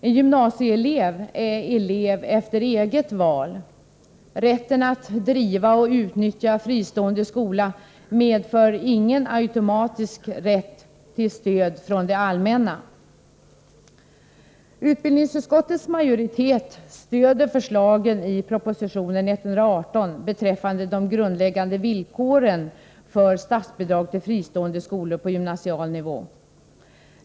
En gymnasieelev är elev efter eget val. Rätten att driva och utnyttja fristående skola medför ingen automatisk rätt till stöd från det allmänna. Utbildningsutskottets majoritet stöder förslagen i proposition 118 beträffande de grundläggande villkoren för statsbidrag till fristående skolor på gymnasial nivå.